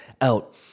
out